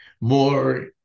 more